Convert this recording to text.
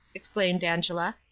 exclaimed angela.